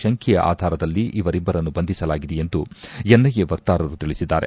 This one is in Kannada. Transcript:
ಶಂಕೆಯ ಆಧಾರದಲ್ಲಿ ಇವರಿಬ್ಲರನ್ನು ಬಂಧಿಸಲಾಗಿದೆ ಎಂದು ಎನ್ಐಎ ವಕ್ತಾರರು ತಿಳಿಸಿದ್ದಾರೆ